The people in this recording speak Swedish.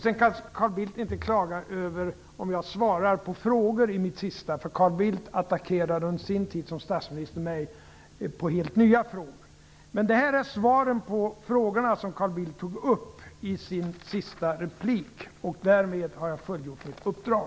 Sedan kan Carl Bildt inte klaga över att jag svarar på frågor i mitt sista inlägg, eftersom Carl Bildt under sin tid som statsminister attackerade mig i helt nya frågor. Detta är svaren på de frågor som Carl Bildt tog upp i sitt sista inlägg, och därmed har jag fullgjort mitt uppdrag.